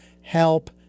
help